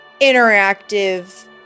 interactive